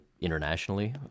internationally